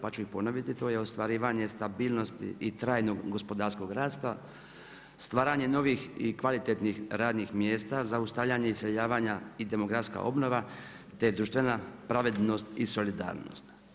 Pa ću ih ponoviti, to je ostvarivanje stabilnosti i trajnog gospodarskog rasta, stvaranje novih i kvalitetnih radnih mjesta za zaustavljanje i iseljavanje i demografska obnova, te društvena pravednost i solidarnost.